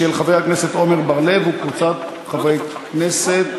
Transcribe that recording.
של חבר הכנסת עמר בר-לב וקבוצת חברי הכנסת.